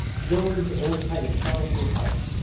go into old titus' sorrowful house,